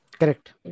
Correct